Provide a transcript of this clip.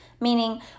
meaning